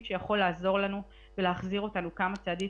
שיכול לעזור לנו ולהחזיר אותנו כמה צעדים